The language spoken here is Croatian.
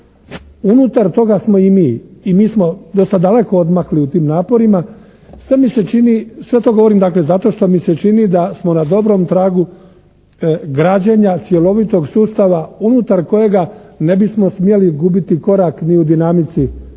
Unutar toga smo i mi. I mi smo dosta daleko odmakli u tim naporima. Sve mi se čini, sve to govorim dakle zato što mi se čini da smo na dobrom tragu građenja cjelovitog sustava unutar kojega ne bismo smjeli gubiti korak ni u dinamici,